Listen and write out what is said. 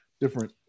different